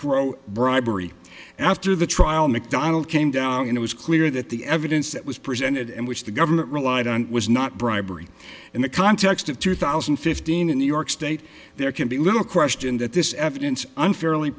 quo bribery and after the trial macdonald came down and it was clear that the evidence that was presented and which the government relied on was not bribery in the context of two thousand and fifteen in new york state there can be little question that this evidence unfairly